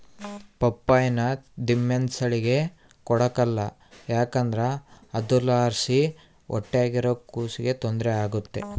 ಪಪ್ಪಾಯಿನ ದಿಮೆಂಸೇಳಿಗೆ ಕೊಡಕಲ್ಲ ಯಾಕಂದ್ರ ಅದುರ್ಲಾಸಿ ಹೊಟ್ಯಾಗಿರೋ ಕೂಸಿಗೆ ತೊಂದ್ರೆ ಆಗ್ತತೆ